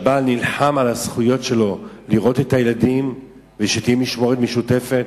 שהבעל נלחם על הזכויות שלו לראות את הילדים ושתהיה משמורת משותפת,